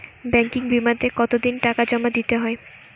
Banking বিমাতে কত দিন টাকা জমা দিতে হয়?